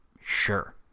sure